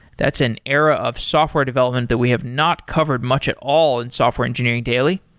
that's an era of software development that we have not covered much at all in software engineering daily.